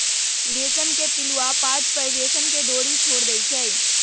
रेशम के पिलुआ पात पर रेशम के डोरी छोर देई छै